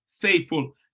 faithful